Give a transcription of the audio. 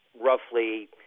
roughly